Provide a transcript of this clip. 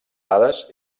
dades